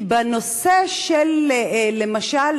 למשל,